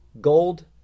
Gold